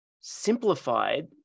simplified